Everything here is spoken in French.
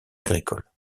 agricole